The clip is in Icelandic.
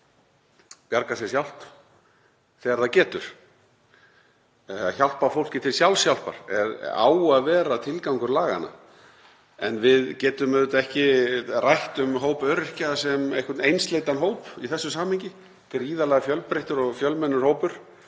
bjarga sér sjálft þegar það getur, að hjálpa fólki til sjálfshjálpar á að vera tilgangur laganna. En við getum auðvitað ekki rætt um hóp öryrkja sem einhvern einsleitan hóp í þessu samhengi, gríðarlega fjölbreyttur og fjölmennur hópur